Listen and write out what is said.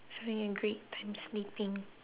it's having a great time sleeping